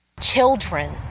Children